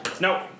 No